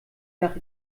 nach